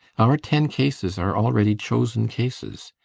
our ten cases are already chosen cases.